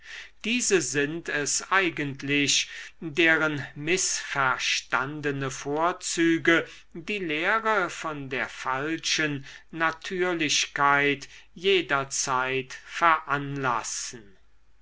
diese sind es eigentlich deren mißverstandene vorzüge die lehre von der falschen natürlichkeit jederzeit veranlassen